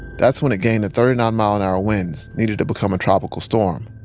that's when it gained the thirty nine mile an hour winds needed to become a tropical storm.